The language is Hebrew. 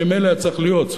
שממילא היה צריך להיות,